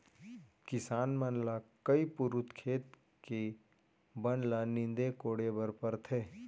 किसान मन ल कई पुरूत खेत के बन ल नींदे कोड़े बर परथे